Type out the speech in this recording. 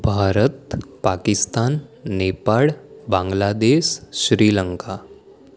Bharat Pakistan Nepal Bangladesh Sri Lanka